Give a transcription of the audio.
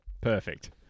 perfect